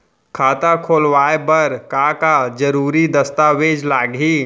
खाता खोलवाय बर का का जरूरी दस्तावेज लागही?